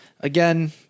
Again